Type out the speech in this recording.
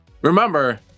remember